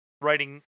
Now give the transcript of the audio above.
writing